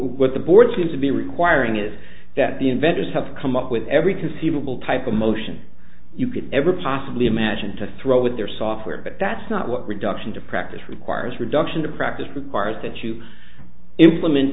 what the board seems to be requiring is that the inventors have come up with every conceivable type of motion you could ever possibly imagine to throw with their software but that's not what reduction to practice requires reduction to practice requires that you implement